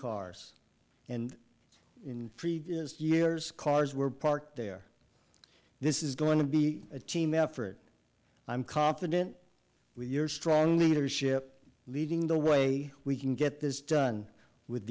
cars and in previous years cars were parked there this is going to be a team effort i'm confident we're strong leadership leading the way we can get this done with